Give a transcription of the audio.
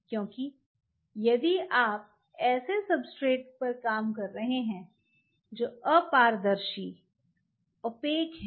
क्योंकि यदि आप ऐसे सब्सट्रेट पर काम कर रहे हैं जो अपारदर्शी हैं